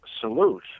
salute